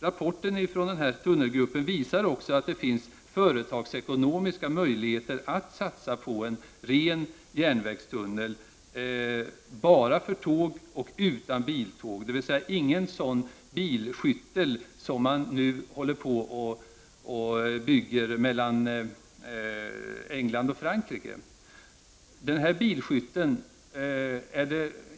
Rapporten från tunnelgruppen visar att det finns företagsekonomiska möjligheter att satsa på en ren järnvägstunnel bara för tåg men inte för biltåg. Det skall alltså inte vara en sådan bilskyttel som nu håller på att byggas mellan England och Frankrike.